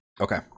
Okay